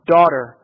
Daughter